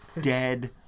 dead